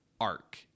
arc